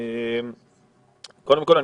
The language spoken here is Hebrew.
קודם כול,